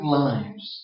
lives